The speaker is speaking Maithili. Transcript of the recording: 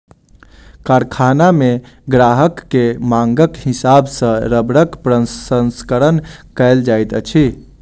कारखाना मे ग्राहक के मांगक हिसाब सॅ रबड़क प्रसंस्करण कयल जाइत अछि